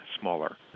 smaller